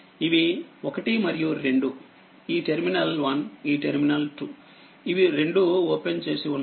ఇవి 1 మరియు 2 ఈ టెర్మినల్1 ఈ టెర్మినల్2 ఇవి రెండు ఓపెన్ చేసి ఉన్నాయి